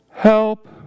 Help